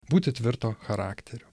būti tvirto charakterio